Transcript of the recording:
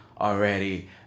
already